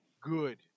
good